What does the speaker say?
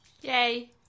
Yay